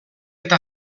eta